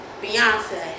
beyonce